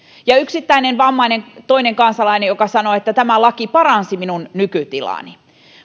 ja yksittäinen vammainen toinen kansalainen joka sanoo että tämä laki paransi minun nykytilaani